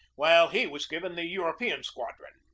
while he was given the european squadron.